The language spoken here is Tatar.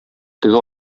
теге